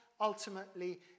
ultimately